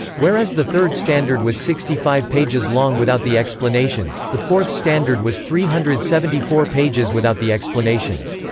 whereas the third standard was sixty five pages long without the explanations, the fourth standard was three hundred and seventy four pages without the explanations.